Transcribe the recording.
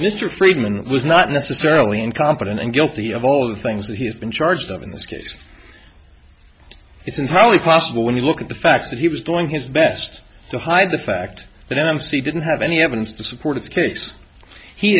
mr friedman was not necessarily incompetent and guilty of all the things that he's been charged of in this case it's entirely possible when you look at the facts that he was doing his best to hide the fact that mc didn't have any evidence to support its case